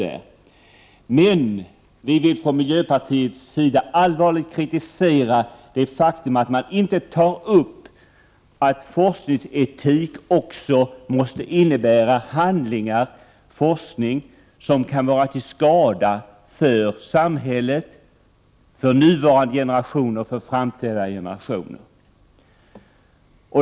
Miljöpartiet vill emellertid allvarligt kritisera det faktum att man inte framhåller att forskningsetik också måste innebära handlingar, forskning, som kan vara till skada för samhället, för nuvarande generationer och för framtida generationer.